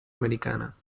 americana